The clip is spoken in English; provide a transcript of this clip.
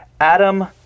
Adam